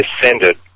descended